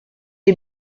est